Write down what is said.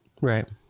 Right